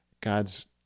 God's